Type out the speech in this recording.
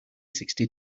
sixty